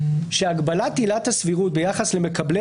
שהגבלת עילת הסבירות ביחס למקבלי